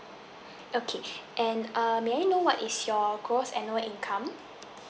okay and err may I know what is your gross annual income